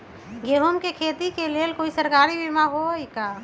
गेंहू के खेती के लेल कोइ सरकारी बीमा होईअ का?